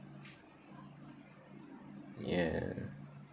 ya